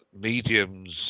mediums